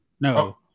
no